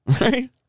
Right